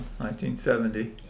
1970